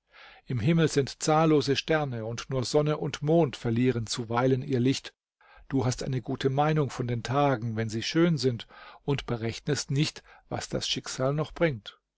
im himmel sind zahllose sterne und nur sonne und mond verlieren zuweilen ihr licht du hast eine gute meinung von den tagen wenn sie schön sind und berechnest nicht was das schicksal noch bringt